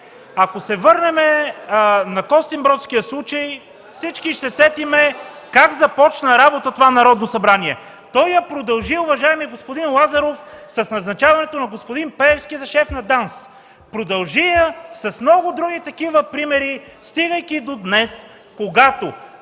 Ако се върнем на Костинбродския случай, всички ще се сетим как започна работа това Народно събрание. Той я продължи, уважаеми господин Лазаров, с назначаването на господин Пеевски за шеф на ДАНС. Продължи я с много други такива примери, стигайки до днес, когато